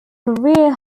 career